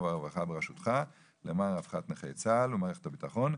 והעבודה בראשותך למען רווחת נכי צה"ל ומערכת הביטחון.